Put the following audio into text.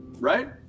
Right